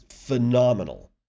Phenomenal